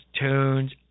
tunes